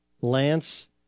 Lance